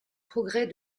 progrès